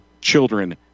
children